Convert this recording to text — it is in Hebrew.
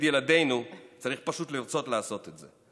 ילדינו צריך פשוט לרצות לעשות את זה.